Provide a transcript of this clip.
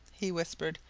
he whispered.